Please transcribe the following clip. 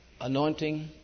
Anointing